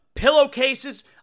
pillowcases